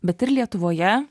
bet ir lietuvoje